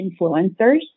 influencers